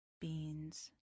Beans